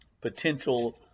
potential